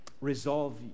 Resolve